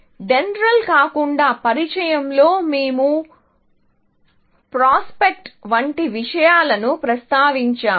Dendral కాకుండా పరిచయంలో మేము ప్రాస్పెక్టర్ వంటి విషయాలను ప్రస్తావించాము